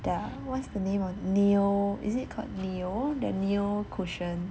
the what's the name of neo is it called neo the neo cushion